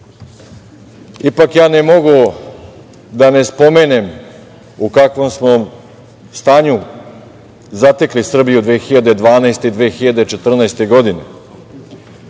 ja ne mogu da ne spomenem u kakvom smo stanju zatekli Srbiju 2012. i 2014.